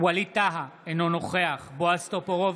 ווליד טאהא, אינו נוכח בועז טופורובסקי,